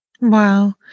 Wow